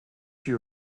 you